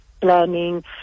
planning